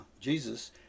Jesus